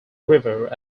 river